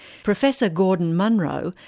professor gordon munro,